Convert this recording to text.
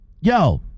Yo